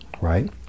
right